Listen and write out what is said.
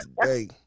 today